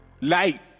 Light